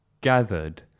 gathered